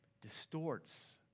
distorts